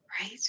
Right